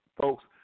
Folks